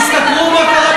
תסתכלו מה קרה,